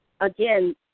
again